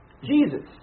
Jesus